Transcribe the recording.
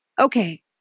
okay